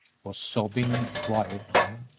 was sobbing quietly.